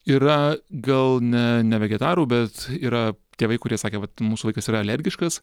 yra gal ne ne vegetarų bet yra tėvai kurie sakė vat mūsų vaikas yra alergiškas